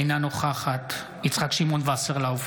אינה נוכחת יצחק שמעון וסרלאוף,